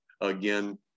again